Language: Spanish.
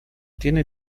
tiene